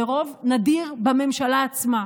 ברוב נדיר בממשלה עצמה.